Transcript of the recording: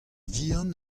vihan